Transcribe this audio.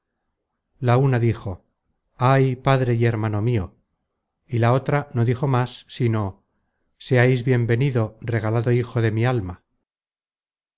la una dijo ay padre y hermano mio y la otra no dijo más sino seais bien venido regalado hijo de mi alma